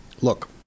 Look